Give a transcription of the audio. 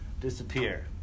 disappear